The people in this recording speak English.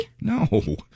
No